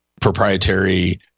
proprietary